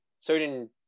certain